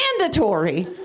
mandatory